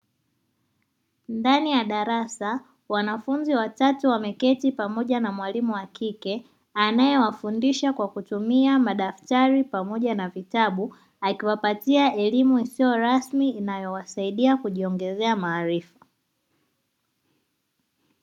Ndani ya darasa wanafunzi watatu wameketi pamoja na mwalimu wa kike, anayewafundisha kwa kutumia madaktari pamoja na vitabu akiwapatia elimu isiyo rasmi inayowasaidia kujiongezea maarifa.